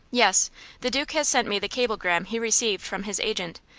yes the duke has sent me the cablegram he received from his agent.